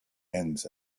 ends